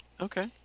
Okay